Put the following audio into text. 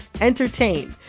entertain